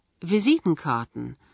visitenkarten